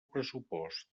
pressupost